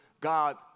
God